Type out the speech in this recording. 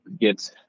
get